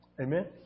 Amen